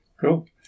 cool